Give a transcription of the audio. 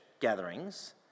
gatherings